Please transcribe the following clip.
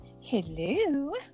hello